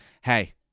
hey